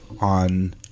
on